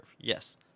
Yes